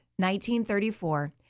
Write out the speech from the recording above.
1934